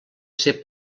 ser